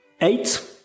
eight